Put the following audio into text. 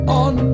on